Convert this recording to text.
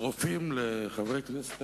והיא נוגעת לחוק פיזיקלי ידוע,